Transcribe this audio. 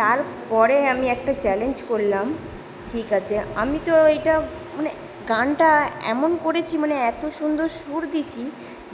তারপরে আমি একটা চ্যালেঞ্জ করলাম ঠিক আছে আমি তো এইটা মানে গানটা এমন করেচি মানে এত সুন্দর সুর দিয়েছি